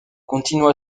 continua